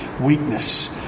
weakness